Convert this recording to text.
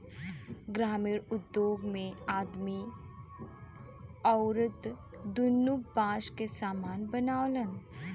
ग्रामिण उद्योग मे आदमी अउरत दुन्नो बास के सामान बनावलन